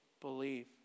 believe